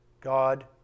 God